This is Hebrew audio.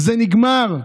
זה נגמר.